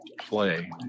play